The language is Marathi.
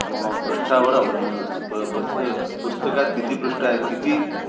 पृष्ठावर अवलंबून असतो प पस्त पुस्तकात किती पृष्ठं आहेत किती